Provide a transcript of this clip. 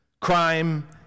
crime